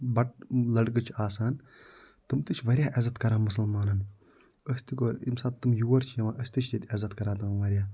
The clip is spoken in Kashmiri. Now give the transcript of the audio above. بت لَڑکہٕ چھِ آسان تِم تہِ چھِ واریاہ عزت کران مُسلمانَن أسۍ تہِ گوٚو ییٚمہِ ساتہٕ تِم یور چھِ یِوان أسۍ تہِ چھِ ییٚتہِ عزت کران تِمَن واریاہ